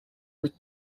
which